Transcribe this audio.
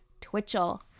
Twitchell